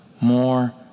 more